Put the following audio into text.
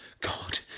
God